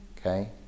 okay